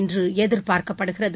என்றுஎதிர்பார்க்கப்படுகிறது